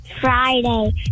Friday